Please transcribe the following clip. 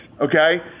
okay